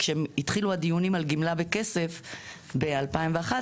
כשהתחילו הדיונים על גמלה בכסף ב-2011